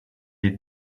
est